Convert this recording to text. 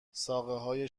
ساقههای